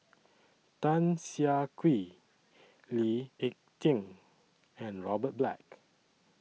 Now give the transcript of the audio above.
Tan Siah Kwee Lee Ek Tieng and Robert Black